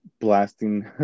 blasting